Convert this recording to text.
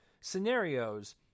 scenarios